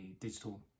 digital